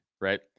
right